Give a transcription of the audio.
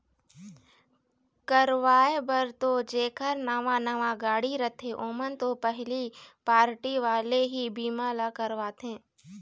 करवाय बर तो जेखर नवा नवा गाड़ी रथे ओमन तो पहिली पारटी वाले ही बीमा ल करवाथे